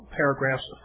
paragraphs